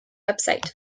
website